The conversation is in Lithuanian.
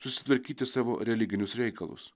susitvarkyti savo religinius reikalus